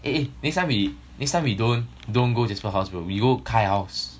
eh eh next time we next time we don't don't go jasper house we go kyle house